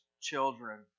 children